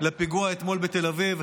לפיגוע אתמול בתל אביב,